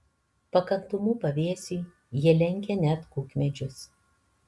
pakantumu pavėsiui jie lenkia net kukmedžius